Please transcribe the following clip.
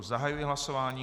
Zahajuji hlasování.